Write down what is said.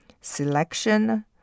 selection